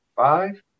Five